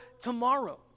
tomorrow